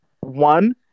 One